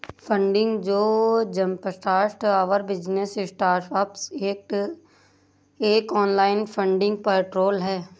funding जो jumpstart our business startups act एक online funding portal है